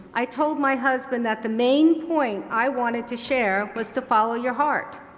i told my husband that the main point i wanted to share was to follow your heart.